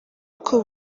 uko